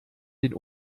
den